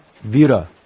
Vira